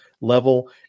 level